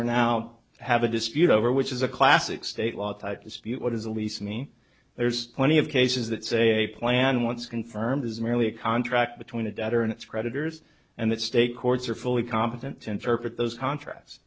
are now have a dispute over which is a classic state law dispute what is a lease me there's plenty of cases that say a plan once confirmed is merely a contract between a debtor and its creditors and that state courts are fully competent to interpret those contracts